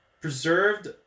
preserved